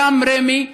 גם רמ"י,